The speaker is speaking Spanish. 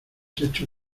hecho